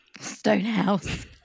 Stonehouse